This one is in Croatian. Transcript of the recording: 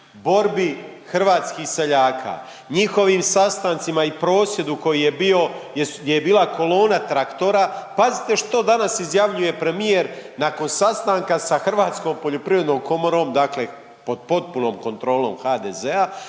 borbi hrvatskih seljaka, njihovim sastancima i prosvjedu koji je bio gdje je bila kolona traktora pazite što danas izjavljuje premijer nakon sastanka sa Hrvatskom poljoprivrednom komorom, dakle pod potpunom kontrolom HDZ-a.